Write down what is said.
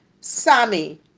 Sammy